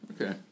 Okay